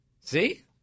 See